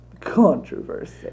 Controversy